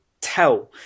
tell